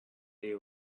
day